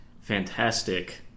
fantastic